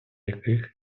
яких